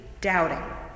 doubting